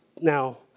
now